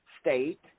state